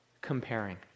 comparing